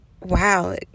wow